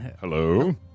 Hello